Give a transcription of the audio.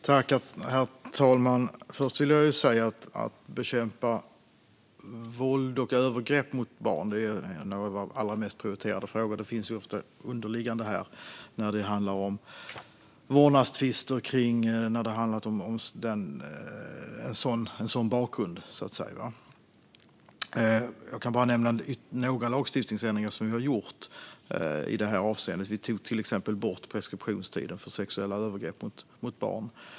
Herr talman! Först vill jag säga att bekämpningen av våld och övergrepp mot barn är några av våra allra mest prioriterade frågor. En sådan bakgrund finns ofta när det handlar om vårdnadstvister. Jag kan nämna några lagstiftningsändringar som vi har gjort i det här avseendet. Häromåret tog vi till exempel bort preskriptionstiden för sexuella övergrepp mot barn.